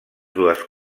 dues